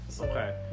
Okay